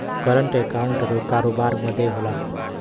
current account करोबार बदे होला